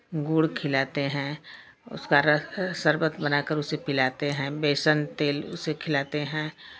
गुड़ खिलाते हैं उसका र शर्बत बना कर उसे पिलाते हैं बेसन तेल उसे खिलाते हैं